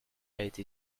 été